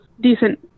decent